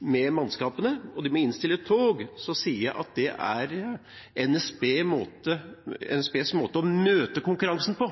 med mannskapene og må innstille tog, sier jeg at det er NSBs måte å møte konkurransen på.